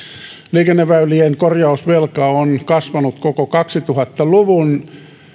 liikenneväylien korjausvelka on kasvanut koko kaksituhatta luvun